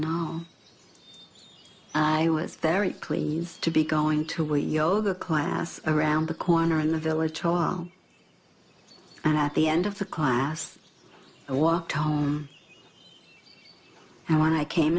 know i was very pleased to be going to a yoga class around the corner in the village and at the end of the class i walked down and when i came